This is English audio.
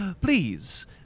Please